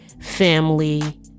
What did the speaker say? family